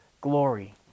glory